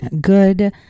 good